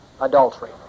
adultery